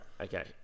Okay